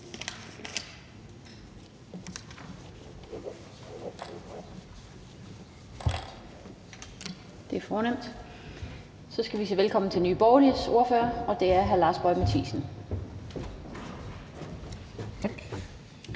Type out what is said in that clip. bemærkninger. Så skal vi byde velkommen til Nye Borgerliges ordfører, og det er hr. Lars Boje Mathiesen.